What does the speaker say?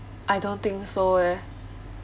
I don't think so eh